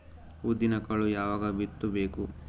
ಉದ್ದಿನಕಾಳು ಯಾವಾಗ ಬಿತ್ತು ಬೇಕು?